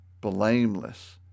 blameless